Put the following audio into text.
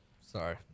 Sorry